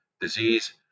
disease